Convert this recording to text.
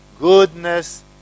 goodness